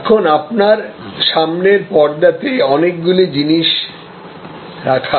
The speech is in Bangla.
এখন আপনার সামনের পর্দাতে অনেকগুলো জিনিস রাখা আছে